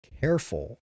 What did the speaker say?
careful